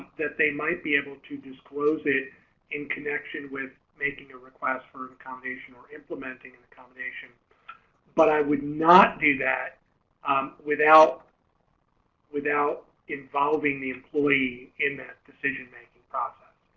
that they might be able to disclose it in connection with making a request for accommodation or implementing an and accommodation but i would not do that without without involving the employee in that decision-making process.